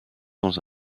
dans